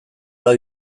lau